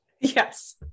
Yes